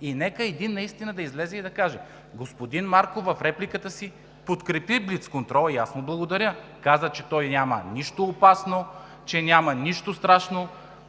И нека един наистина да излезе и да каже. Господин Марков в репликата си подкрепи блицконтрола и аз му благодаря. Каза, че няма нищо опасно, че няма нищо страшно.